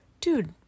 dude